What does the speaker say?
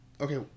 okay